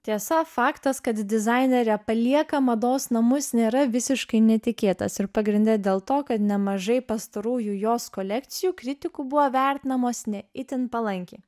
tiesa faktas kad dizainerė palieka mados namus nėra visiškai netikėtas ir pagrinde dėl to kad nemažai pastarųjų jos kolekcijų kritikų buvo vertinamos ne itin palankiai